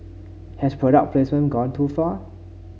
has product placement gone too far